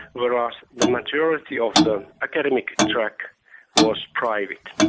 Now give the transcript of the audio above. whereas the majority of the academic track was private.